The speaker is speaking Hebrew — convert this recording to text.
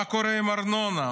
מה קורה עם ארנונה,